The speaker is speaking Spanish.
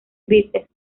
grises